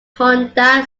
honda